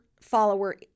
follower